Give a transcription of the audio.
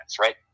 right